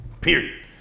period